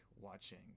watching